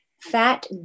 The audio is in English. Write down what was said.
fat